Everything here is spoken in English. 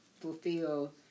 fulfill